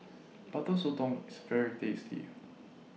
Butter Sotong IS very tasty